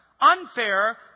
unfair